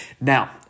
Now